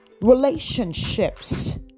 Relationships